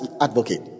advocate